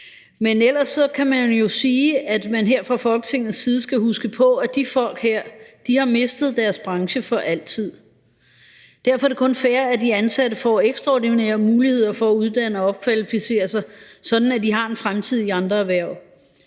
Men ellers kan man jo sige, at man her fra Folketingets side skal huske på, at de folk her har mistet deres branche for altid. Derfor er det kun fair, at de ansatte får ekstraordinære muligheder for at uddanne og opkvalificere sig, sådan at de har en fremtid i andre erhverv.